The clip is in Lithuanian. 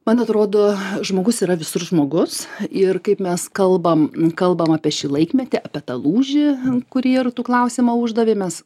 man atrodo žmogus yra visur žmogus ir kaip mes kalbam kalbam apie šį laikmetį apie tą lūžį kurį ir tu klausimą uždavei mes